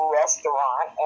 restaurant